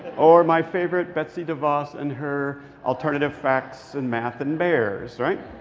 or, my favorite, betsy devos and her alternative facts and math and bears, right?